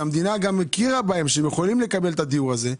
שהמדינה גם הכירה בהם שהם יכולים לקבל את הדיור הזה.